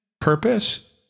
purpose